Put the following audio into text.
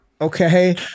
Okay